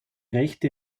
rechte